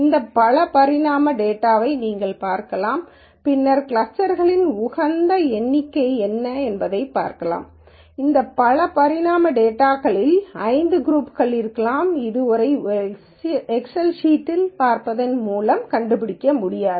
இந்த பல பரிமாண டேட்டாவை நீங்கள் பார்க்கலாம் பின்னர் கிளஸ்டர்க்களின் உகந்த எண்ணிக்கை என்ன என்பதைப் பார்க்கலாம் இந்த பல பரிமாண டேட்டாகளில் 5 குரூப்ஸ் இருக்கலாம் இது ஒரு எக்செல் ளைப் பார்ப்பதன் மூலம் கண்டுபிடிக்க இயலாது